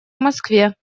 москве